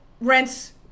rents